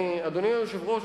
אדוני היושב-ראש,